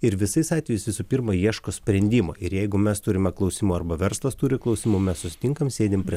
ir visais atvejais visų pirma ieško sprendimo ir jeigu mes turime klausimų arba verslas turi klausimų mes susitinkam sėdim prie